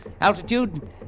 Altitude